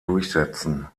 durchsetzen